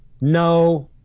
no